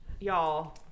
y'all